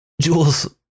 Jules